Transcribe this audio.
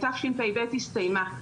שהסתיימה כבר.